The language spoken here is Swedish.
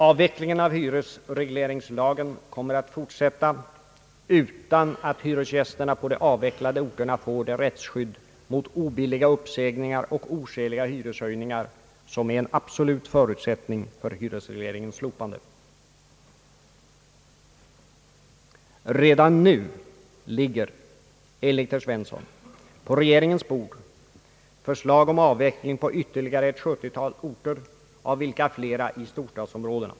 >Avvecklingen av hyresreglerigslagen kommer att fortsätta utan att hyresgästerna på de avvecklade orterna får det rättsskydd mot obilliga uppsägningar och oskäliga hyreshöjningar som är en absolut förutsättning för hyresregleringens slopande.» »Redan nu ligger», enligt herr Svensson, »på regeringens bord förslag om avveckling på ytterligare ett 70-tal orter, av vilka flera hör till storstadsområdena.